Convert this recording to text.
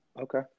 Okay